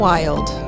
Wild